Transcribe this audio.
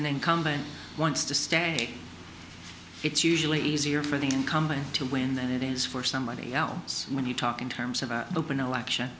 an incumbent wants to stay it's usually easier for the incoming to win than it is for somebody else when you talk in terms of an open election